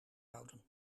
houden